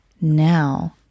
now